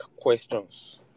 questions